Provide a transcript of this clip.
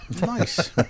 Nice